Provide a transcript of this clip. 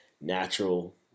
natural